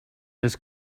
this